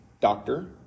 doctor